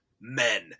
men